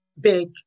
big